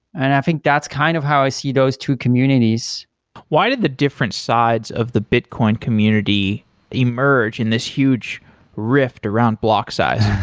and i think that's kind of how i see those two communities why did the different sides of the bitcoin community emerge in this huge rift around block size?